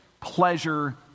pleasure